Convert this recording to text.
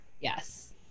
Yes